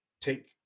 take